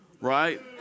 right